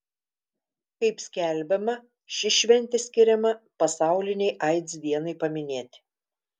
kaip skelbiama ši šventė skiriama pasaulinei aids dienai paminėti